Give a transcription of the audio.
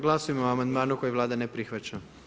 Glasujmo o amandmanu koji Vlada ne prihvaća.